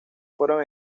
fueron